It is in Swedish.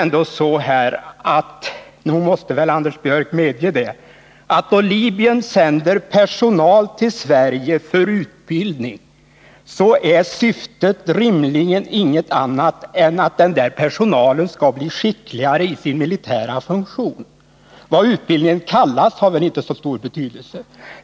Nog måste väl Anders Björck medge att då Libyen sänder personal till Sverige för utbildning, är syftet rimligen ingenting annat än att denna personal skall bli skickligare i sin militära funktion. Vad utbildningen kallas har inte så stor betydelse.